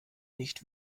nicht